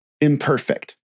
imperfect